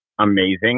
amazing